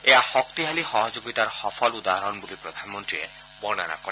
এয়া শক্তিশালী সহযোগিতাৰ সফল উদাহৰণ বুলি প্ৰধানমন্ত্ৰীয়ে বৰ্ণনা কৰে